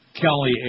Kelly